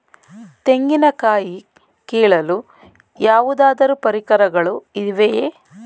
ತೆಂಗಿನ ಕಾಯಿ ಕೀಳಲು ಯಾವುದಾದರು ಪರಿಕರಗಳು ಇವೆಯೇ?